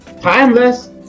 timeless